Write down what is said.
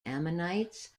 ammonites